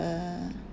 uh